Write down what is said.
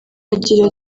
agira